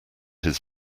his